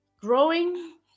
growing